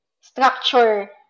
structure